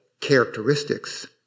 characteristics